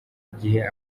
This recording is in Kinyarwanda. igihe